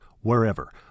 wherever